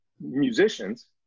musicians